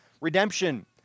redemption